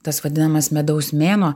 tas vadinamas medaus mėnuo